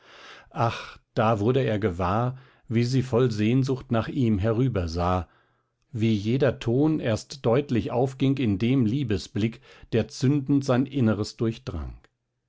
ach da wurde er gewahr wie sie voll sehnsucht nach ihm herübersah wie jeder ton erst deutlich aufging in dem liebesblick der zündend sein inneres durchdrang